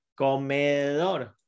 Comedor